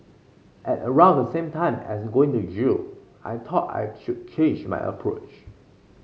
at around the same time as going to jail I thought I should change my approach